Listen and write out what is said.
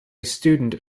student